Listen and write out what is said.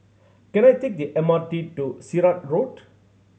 can I take the M R T to Sirat Road